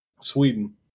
Sweden